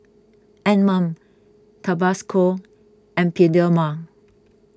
Anmum Tabasco and Bioderma